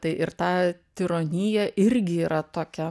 tai ir ta tironija irgi yra tokia